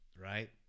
right